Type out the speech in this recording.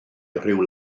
rhyw